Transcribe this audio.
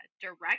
direct